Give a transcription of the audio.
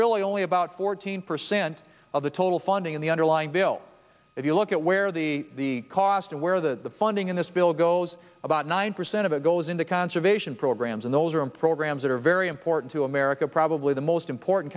really only about fourteen percent of the total funding in the underlying bill if you look at where the cost and where the funding in this bill goes about nine percent of it goes into conservation programs and those are in programs that are very important to america probably the most important